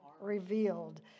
revealed